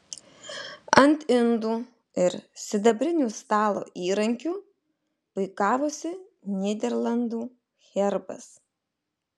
ant indų ir sidabrinių stalo įrankių puikavosi nyderlandų herbas